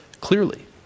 clearly